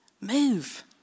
Move